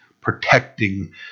Protecting